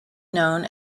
known